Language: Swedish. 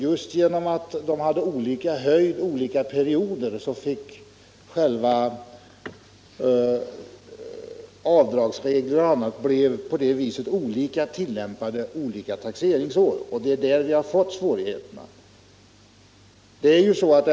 Just genom att avdragen hade olika storlek under olika perioder fick avdragsregler m.m. olika tillämpning under olika taxeringsår, och det är på grund av detta som svårigheterna har uppstått.